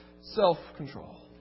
self-control